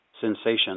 sensation